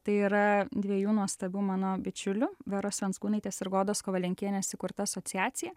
tai yra dviejų nuostabių mano bičiulių veros venckūnaitės ir godos kovalenkienės įkurta asociacija